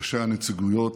ראשי הנציגויות,